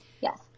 yes